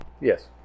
Yes